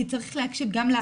כי צריך להקשיב גם ליתום.